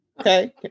Okay